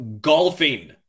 golfing